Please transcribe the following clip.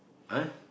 !huh!